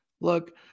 Look